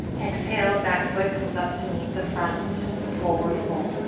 exhale, back foot comes up to meet the front, forward fold.